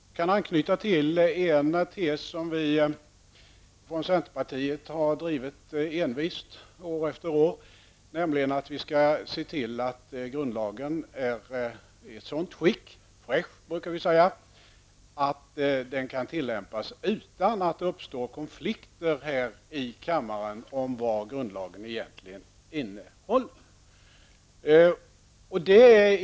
Jag vill anknyta till en tes som vi i centerpartiet envist drivit år efter år, nämligen att man bör se till att grundlagen är i ett sådant skick -- fräsch, brukar man säga -- att den kan tillämpas utan att det uppstår konflikter här i kammaren om vad grundlagen egentligen innehåller.